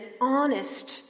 honest